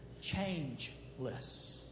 changeless